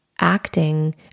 Acting